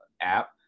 app